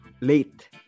late